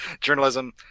Journalism